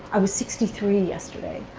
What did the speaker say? i was sixty three yesterday.